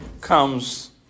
comes